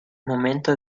momento